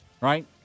right